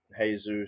jesus